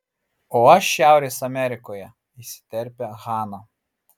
o aš šiaurės amerikoje įsiterpia hana